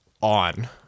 on